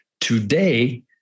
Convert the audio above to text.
today